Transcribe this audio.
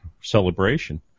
celebration